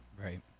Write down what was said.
Right